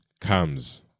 comes